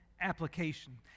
application